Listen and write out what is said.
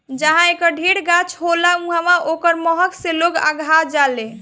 जहाँ एकर ढेर गाछ होला उहाँ ओकरा महक से लोग अघा जालें